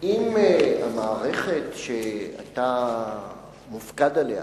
אם המערכת שאתה מופקד עליה